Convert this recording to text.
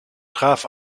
traf